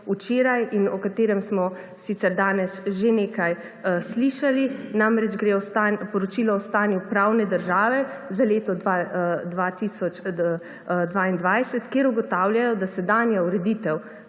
včeraj in o katerem smo sicer danes že nekaj slišali. Gre namreč za poročilo o stanju pravne države za leto 2022, kjer ugotavljajo, da sedanja ureditev,